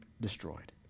destroyed